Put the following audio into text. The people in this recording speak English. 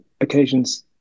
occasions